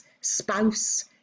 spouse